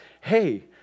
Hey